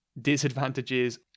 disadvantages